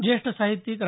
ज्येष्ठ साहित्यिक रा